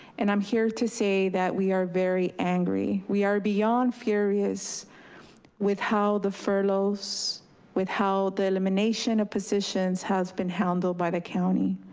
and i'm here to say that we are very angry. we are beyond furious with how the furloughs with how the elimination of positions has been handled by the county.